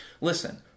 Listen